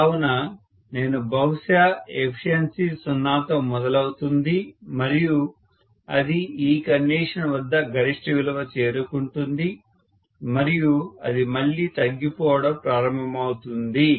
కావున నేను బహుశా ఎఫిషియన్సి 0 తో మొదలవుతుంది మరియు అది ఈ కండిషన్ వద్ద గరిష్ట విలువ చేరుకుంటుంది మరియు అది మళ్ళీ తగ్గిపోవటం ప్రారంభమవుతుంది